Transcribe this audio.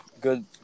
good